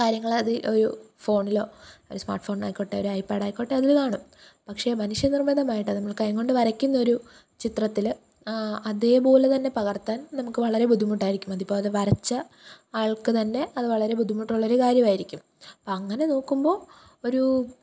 കാര്യങ്ങളതിൽ ഒരു ഫോണിലോ ഒരു സ്മാർട്ട് ഫോൺ ആയിക്കോട്ടെ ഒരു ഐ പോഡായിക്കോട്ടെ അതിൽ കാണും പക്ഷെ മനുഷ്യ നിര്മ്മിതമായിട്ട് അതു നമ്മൾ കൈകൊണ്ടു വരയ്ക്കുന്നൊരു ചിത്രത്തിൽ അതേപോലെ തന്നെ പകർത്താൻ നമുക്ക് വളരെ ബുദ്ധിമുട്ടായിരിക്കും അതിപ്പോൾ വരച്ച ആള്ക്കു തന്നെ അതു വളരെ ബുദ്ധിമുട്ടുള്ളൊരു കാര്യമായിരിക്കും അപ്പങ്ങനെ നോക്കുമ്പോൾ ഒരു